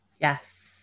Yes